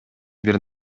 бир